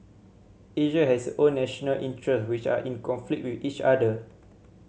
Asia has own national interest which are in conflict with each other